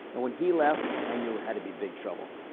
and when he left i knew had to be big trouble.